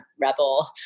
rebel